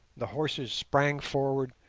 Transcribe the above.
the horses sprang forward,